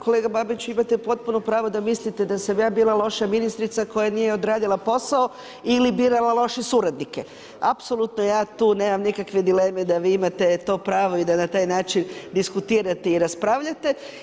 Kolega Babić, imate potpuno pravo da mislite da sam ja bila loša ministrica koja nije odradila posao ili birala loše suradnike, apsolutno ja tu nemam nikakve dileme da vi imate to pravo i da na taj način diskutirate i raspravljate.